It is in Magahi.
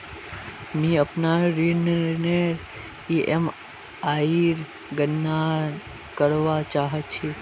मि अपनार ऋणनेर ईएमआईर गणना करवा चहा छी